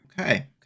Okay